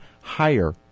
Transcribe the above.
higher